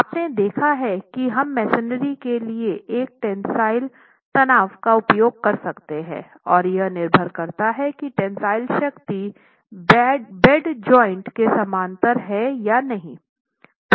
आपने देखा है कि हम मेसनरी के लिए एक टेंसिल तनाव का उपयोग कर सकते हैं और यह निर्भर करता है की टेंसिल शक्ति बेड ज्वाइंट के समानांतर है या नहीं